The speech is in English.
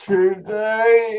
Today